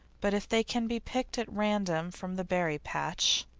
but if they can be picked at random from the berry patch